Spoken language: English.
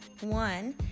one